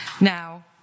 Now